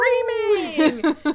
screaming